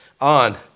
on